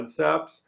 concepts